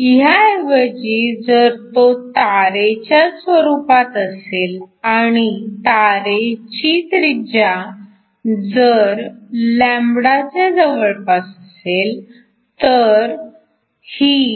ह्या ऐवजी जर तो तारेच्या स्वरूपात असेल आणि तारेची त्रिज्या तर λ च्या जवळपास असेल तर ही